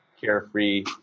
Carefree